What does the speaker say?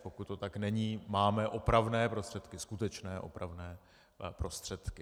Pokud to tak není, máme opravné prostředky, skutečné opravné prostředky.